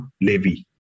Levy